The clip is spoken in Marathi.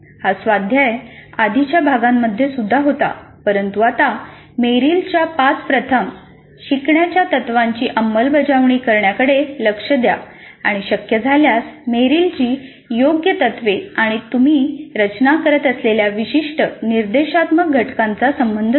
हा स्वाध्याय आधीच्या भागांमध्ये सुद्धा होता परंतु आता मेरिलच्या पाच प्रथम शिकण्याच्या तत्त्वांची अंमलबजावणी करण्याकडे लक्ष द्या आणि शक्य झाल्यास मेरिलची योग्य तत्वे आणि तुम्ही रचना करत असलेल्या विशिष्ट निर्देशात्मक घटकांचा संबंध जोडा